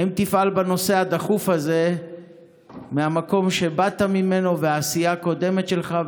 האם תפעל בנושא הדחוף הזה מהמקום שבאת ממנו והעשייה הקודמת שלך,